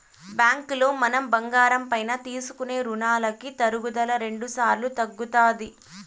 బ్యాంకులో మనం బంగారం పైన తీసుకునే రునాలకి తరుగుదల రెండుసార్లు తగ్గుతాది